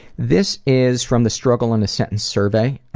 this is from the struggle in a sentence survey,